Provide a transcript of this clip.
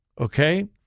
Okay